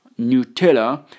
Nutella